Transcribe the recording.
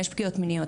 יש פגיעות מיניות,